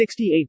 68%